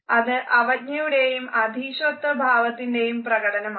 അത് അവജ്ഞയുടെയും അധീശത്വ ഭാവത്തിൻറെയും പ്രകടനമാണ്